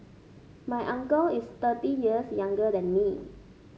my uncle is thirty years younger than me